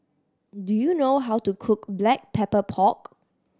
do you know how to cook Black Pepper Pork